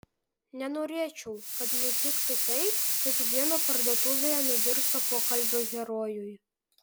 nenorėčiau kad nutiktų taip kaip vieno parduotuvėje nugirsto pokalbio herojui